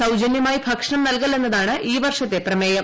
സൌജന്യമായി ഭക്ഷണം നൽകൽ എന്നതാണ് ഈ വർഷത്തെ പ്രമേയം